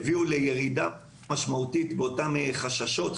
הביאה לירידה משמעותית באותן חששות,